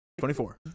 24